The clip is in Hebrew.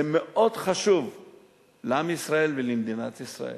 זה מאוד חשוב לעם ישראל ולמדינת ישראל.